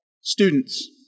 students